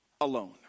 alone